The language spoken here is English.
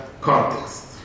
context